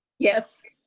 yes.